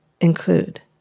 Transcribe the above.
include